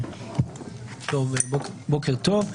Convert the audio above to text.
בוקר טוב.